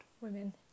women